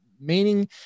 meaning